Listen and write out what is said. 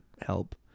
help